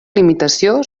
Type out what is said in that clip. limitació